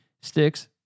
sticks